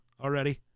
already